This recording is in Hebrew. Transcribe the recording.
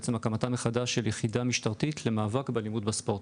בעצם הקמתה מחדש של יחידה משטרתית למאבק באלימות בספורט.